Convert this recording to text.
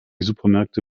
supermärkte